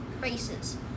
races